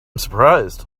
surprised